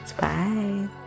Bye